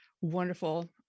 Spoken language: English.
wonderful